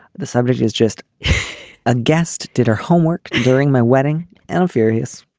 the subject is just a guest did her homework during my wedding and i'm furious.